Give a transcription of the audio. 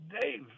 Dave